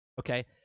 Okay